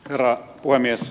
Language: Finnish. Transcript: herra puhemies